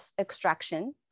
extraction